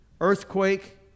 earthquake